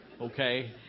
okay